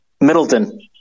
Middleton